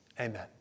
Amen